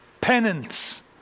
penance